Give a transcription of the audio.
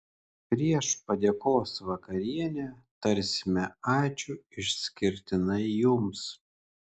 prieš padėkos vakarienę tarsime ačiū išskirtinai jums